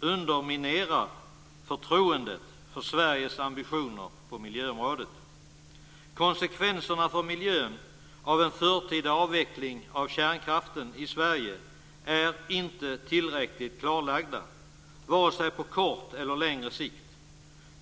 underminerar förtroendet för Sveriges ambitioner på miljöområdet. Konsekvenserna för miljön av en förtida avveckling av kärnkraften i Sverige är inte tillräckligt klarlagda vare sig på kort eller på längre sikt.